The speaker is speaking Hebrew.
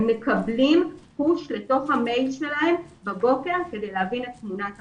הם מקבלים פוש לתוך המייל שלהם בבוקר כדי להבין את תמונת המצב.